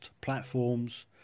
platforms